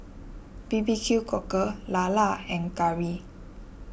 B B Q Cockle Lala and Curry